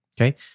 okay